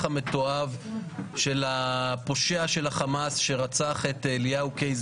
המתועב של הפושע של החמאס שרצח את אליהו קיי,